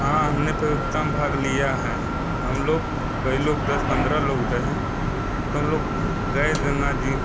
हाँ हमने प्रतियोगिता में भाग लिया हैं हम लोग कई लोग दस पंद्रह लोग होते हैं तो हम लोग गए थे गंगा जी